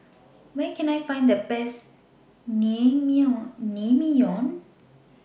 Where Can I Find The Best Naengmyeon